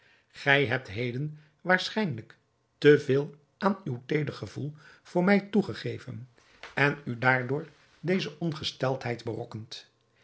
gij hebt heden waarschijnlijk te veel aan uw teeder gevoel voor mij toegegeven en u daardoor deze ongesteldheid berokkend